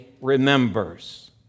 remembers